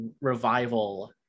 revival